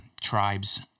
tribes